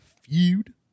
Feud